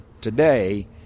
today